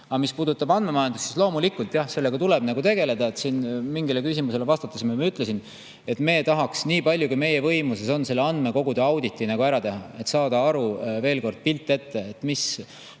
Aga mis puudutab andmemajandust, siis loomulikult tuleb sellega tegeleda. Siin mingile küsimusele vastates ma juba ütlesin, et me tahaks nii palju, kui meie võimuses on, andmekogude auditi ära teha, et saada aru ja [saada] pilt ette, mis